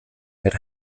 per